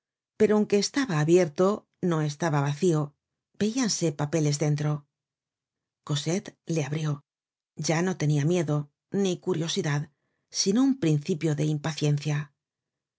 pero aunque estaba abierto no estaba vacío veíanse papeles dentro cosette le abrió ya no tenia miedo ni curiosidad sino un principio de impaciencia